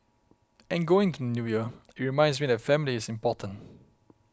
and going into the New Year it reminds me that family is important